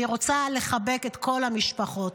אני רוצה לחבק את כל המשפחות.